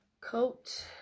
coat